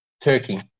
Turkey